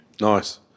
Nice